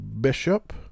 Bishop